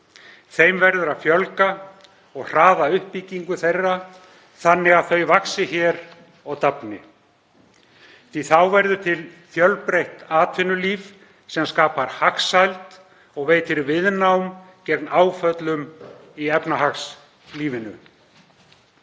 Þeim verður að fjölga og hraða uppbyggingu þeirra þannig að þau vaxi hér og dafni. Þá verður til fjölbreytt atvinnulíf sem skapar hagsæld og veitir viðnám gegn áföllum í efnahagslífinu.